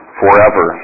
forever